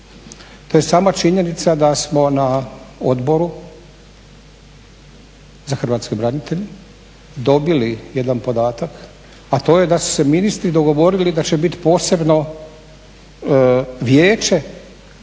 to je sama činjenica da smo na Odboru za hrvatske branitelje dobili jedan podatak a to je da su se ministri dogovorili da će biti posebno vijeće